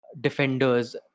defenders